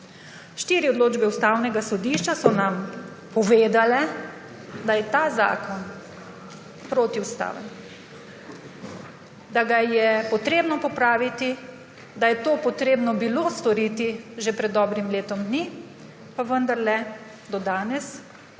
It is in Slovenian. Štiri odločbe Ustavnega sodišča so nam povedale, da je ta zakon protiustaven. Da ga je treba popraviti, da je to bilo treba storiti že pred dobrim letom dni, pa vendarle do danes